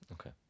Okay